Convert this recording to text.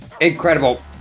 Incredible